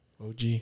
OG